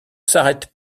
s’arrête